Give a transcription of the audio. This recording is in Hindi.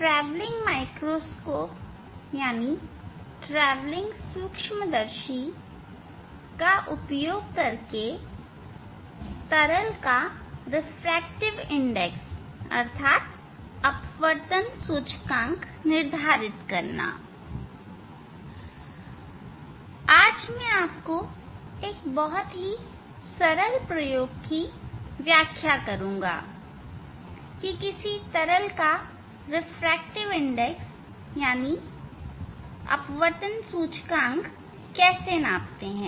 आज मैं आपको एक बहुत ही सरल प्रयोग की व्याख्या करूंगा कि किसी तरल के रिफ्रैक्टिव इंडेक्स को कैसे नापते हैं